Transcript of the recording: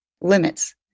limits